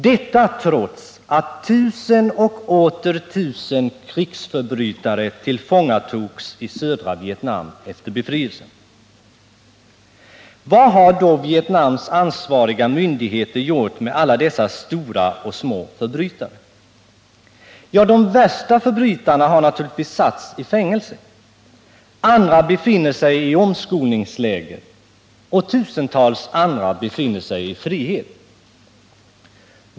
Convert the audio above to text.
Detta trots att tusen och åter tusen krigsförbrytare tillfångatogs i södra Vietnam efter befrielsen. Vad har då Vietnams ansvariga myndigheter gjort med alla dessa stora och små förbrytare? De värsta förbrytarna har naturligtvis satts i fängelse. Andra befinner sig i omskolningsläger. Tusentals andra befinner sig i frihet.